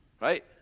Right